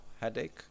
headache